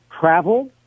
travel